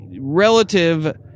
relative